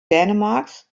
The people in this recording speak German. dänemarks